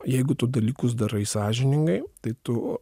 jeigu tu dalykus darai sąžiningai tai tu